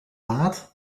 laat